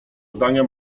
zdania